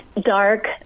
dark